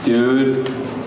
Dude